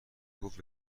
گفت